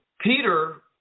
Peter